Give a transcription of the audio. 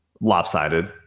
lopsided